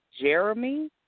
Jeremy